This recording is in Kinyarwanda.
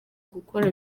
gukora